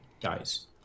guys